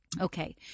Okay